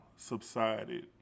Subsided